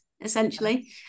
essentially